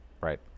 Right